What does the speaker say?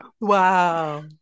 Wow